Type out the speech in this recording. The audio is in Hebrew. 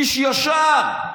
איש ישר.